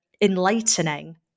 enlightening